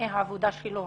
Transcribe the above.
ותנאי העבודה שלו